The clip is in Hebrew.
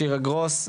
שירה גרוס,